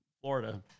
Florida